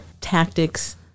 tactics